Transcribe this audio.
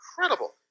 incredible